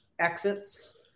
exits